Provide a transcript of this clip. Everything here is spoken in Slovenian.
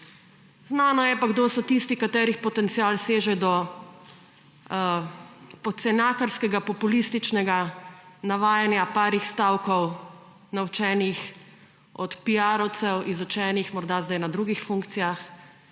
Znano je pa, kdo so tisti, katerih potencial seže do pocenakarskega(?), populističnega navajanja par stavkov, naučenih od pairovcev, izučenih morda zdaj na drugih funkcijah,